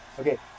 okay